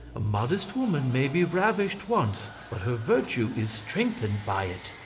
a modest woman may be ravished once, but her virtue is strengthened by it.